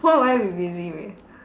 what will I be busy with